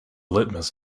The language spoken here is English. litmus